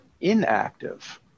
inactive